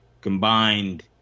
combined